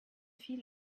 viel